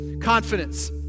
confidence